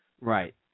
Right